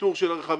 הניתור של הרכבים,